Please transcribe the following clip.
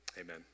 amen